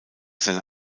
seine